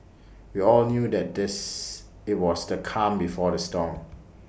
we all knew that this IT was the calm before the storm